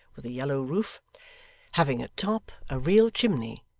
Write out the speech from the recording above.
with a yellow roof having at top a real chimney,